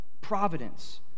providence